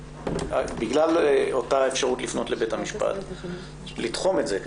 בגלל אותה אפשרות לפנות לבית המשפט ביקשנו לתחום את זה.